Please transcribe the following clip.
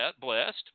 blessed